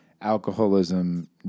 alcoholism